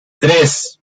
tres